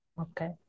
Okay